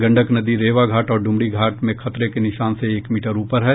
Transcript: गंडक नदी रेवाघाट और ड्मरीघाट में खतरे के निशान से एक मीटर ऊपर है